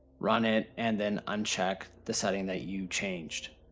run it and then uncheck the setting that you changed.